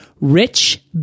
Rich